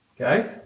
Okay